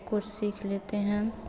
कुछ सीख लेते हैं